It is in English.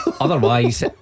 otherwise